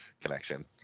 connection